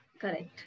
Correct